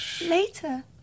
Later